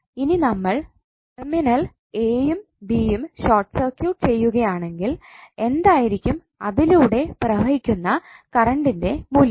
ഇനി നമ്മൾ terminal a യും b യും ഷോർട്ട് സർക്യൂട്ട് ചെയ്യുകയാണെങ്കിൽ എന്തായിരിക്കും അതിലൂടെ പ്രവഹിക്കുന്ന കറണ്ടിൻറെ മൂല്യം